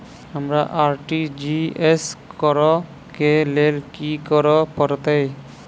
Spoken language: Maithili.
हमरा आर.टी.जी.एस करऽ केँ लेल की करऽ पड़तै?